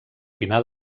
pinar